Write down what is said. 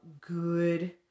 good